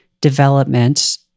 development